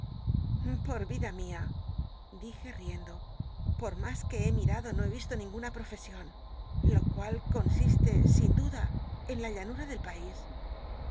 pot vida mia dije riendo por ntas que he mirado no he yisto ninguna jll'ol'esion lo cual consiste sin duda en la llanuta del pai